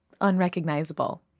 unrecognizable